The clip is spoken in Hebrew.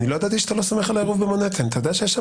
לא לסכם ולא עניין משפטי אלא עניין תהליכי שאני חושב שצריך